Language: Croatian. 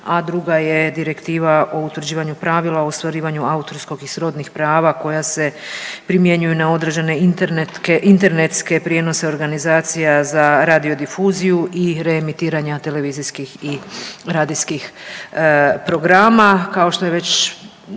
a druga je Direktiva o utvrđivanju pravila o ostvarivanju autorskog i srodnih prava koja se primjenjuju na određene internetske prijenose organizacija za radiodifuziju i reemitiranja televizijskih i radijskih programa.